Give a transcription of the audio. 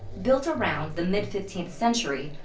built around the mid fifteenth century,